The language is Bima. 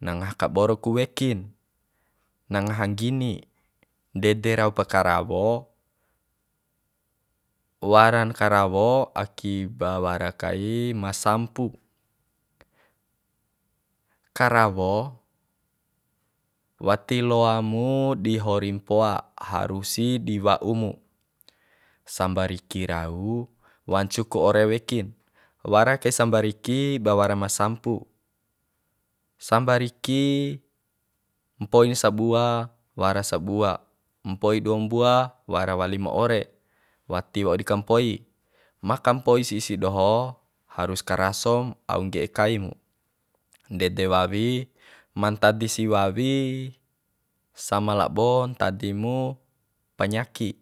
Na ngaha kaboro ku wekin na ngaha nggini ndede rau pa karawo waran karawo akiba wara kai ma sampu karawo wati loamu di hori mpoa harusi di wau mu sambariki rau wancu ku ore wekin wara kai sambariki ba wara ma sampu sambariki mpoin sabua wara sabua mpoi dua mbua wara wali ma ore wati wau di kampoi ma kampoi si sia doho harus karasom au ngge'e kaimu ndede wawi ma ntadi si wawi sama labo ntadi mu panyaki